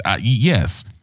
yes